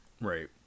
right